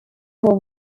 hall